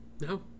No